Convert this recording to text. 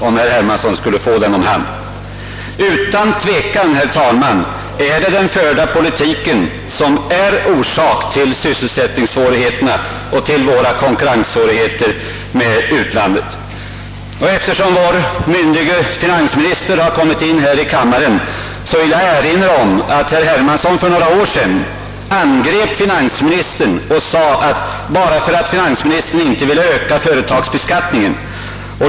Utan tvivel, herr talman, är den förda politiken orsak till sysselsättningsproblemen och till våra konkurrenssvårigheter gentemot utlandet. Eftersom vår myndige finansminister nu har kommit in i kammaren vill jag erinra om att herr Hermansson för några år sedan angrep finansministern bara för att denne inte ville öka företagsbeskattningen.